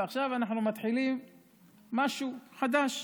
ועכשיו אנחנו מתחילים משהו חדש.